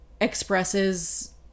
expresses